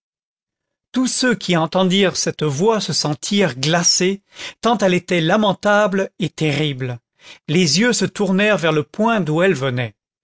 tous ceux qui entendirent cette voix se sentirent glacés tant elle était lamentable et terrible les yeux se tournèrent vers le point d'où elle venait